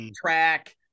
track